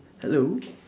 hello